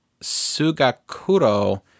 Sugakuro